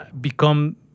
become